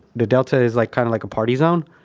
the delta is like kind of like a party zone,